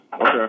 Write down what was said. Okay